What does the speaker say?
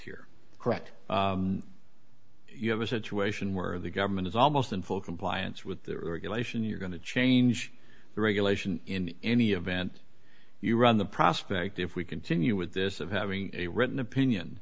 here correct you have a situation where the government is almost in full compliance with the you're going to change the regulation in any event you run the prospect if we continue with this of having a written opinion